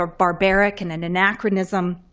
ah barbaric and an anachronism.